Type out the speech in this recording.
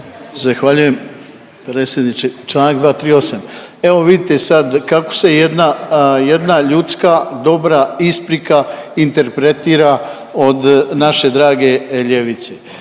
Zahvaljujem predsjedniče, čl. 238.. Evo vidite sad kako se jedna, jedna ljudska dobra isprika interpretira od naše drage ljevice.